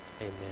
Amen